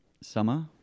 Summer